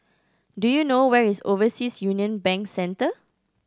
do you know where is Overseas Union Bank Centre